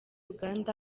uganda